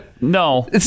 No